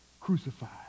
crucified